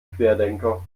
querdenker